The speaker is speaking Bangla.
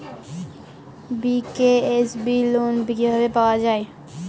বি.কে.এস.বি লোন কিভাবে পাওয়া যাবে?